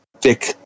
thick